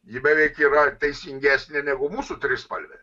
ji beveik yra teisingesnė negu mūsų trispalvė